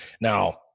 Now